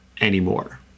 anymore